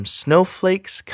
snowflakes